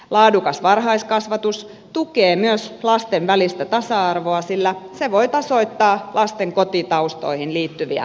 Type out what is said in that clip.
laadukas varhaiskasvatus tukee myös lasten välistä tasa arvoa sillä se voi tasoittaa lasten kotitaustoihin liittyviä eroja